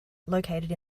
located